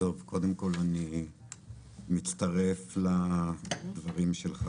אני מצטרף לדברים שלך.